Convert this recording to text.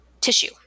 tissue